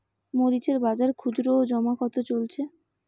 মরিচ এর বাজার খুচরো ও জমা কত চলছে?